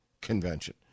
convention